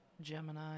Gemini